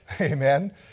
amen